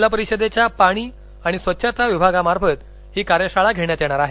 जिल्हा परिषदेच्या पाणी आणि स्वच्छता विभागामार्फत ही कार्यशाळा घेण्यात येणार आहे